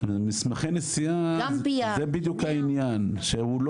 מסמכי נסיעה זה בדיוק העניין שהוא לא